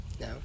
No